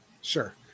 Sure